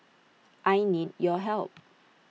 I need your help